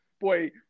boy